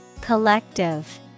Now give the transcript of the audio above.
Collective